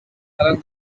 along